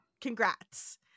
Congrats